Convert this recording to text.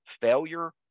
failure